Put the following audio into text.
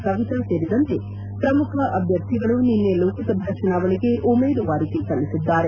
ಕವಿತಾ ಸೇರಿದಂತೆ ಪ್ರಮುಖ ಅಭ್ಯರ್ಥಿಗಳು ನಿನ್ನೆ ಲೋಕಸಭಾ ಚುನಾವಣೆಗೆ ಉಮೇದುವಾರಿಕೆ ಸಲ್ಲಿಸಿದ್ದಾರೆ